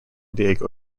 diego